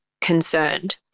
concerned